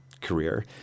career